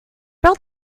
roll